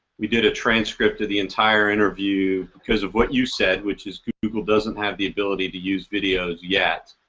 we did a transcript to the entire interview because of what you said which is google doesn't have the ability to use videos yet.